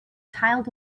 tiled